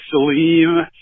Salim